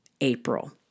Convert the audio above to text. April